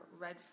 red